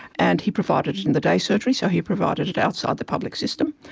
and he provided it in the day surgery, so he provided it outside the public system.